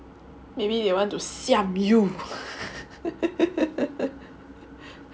maybe they want to siam you